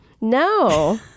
No